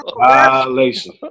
Violation